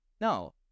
No